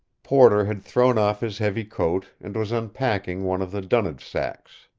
porter had thrown off his heavy coat, and was unpacking one of the dunnage sacks.